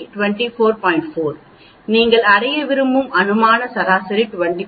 4 நீங்கள் அடைய விரும்பும் அனுமான சராசரி 25